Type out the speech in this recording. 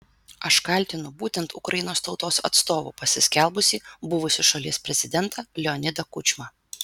aš kaltinu būtent ukrainos tautos atstovu pasiskelbusį buvusį šalies prezidentą leonidą kučmą